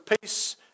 peace